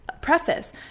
preface